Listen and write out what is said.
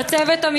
על סיוע למסתננים?